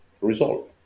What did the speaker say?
resolve